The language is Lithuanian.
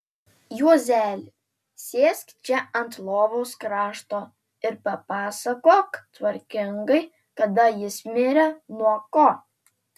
juozeli sėsk čia ant lovos krašto ir papasakok tvarkingai kada jis mirė nuo ko